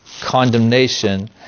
condemnation